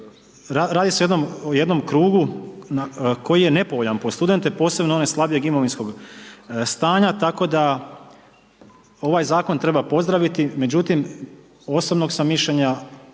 radi se o jednom krugu koji je nepovoljan po studente posebno one slabijeg imovinskog stanja, tako da ovaj zakon treba pozdraviti. Međutim osobnog sam mišljenja,